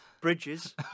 Bridges